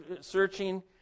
searching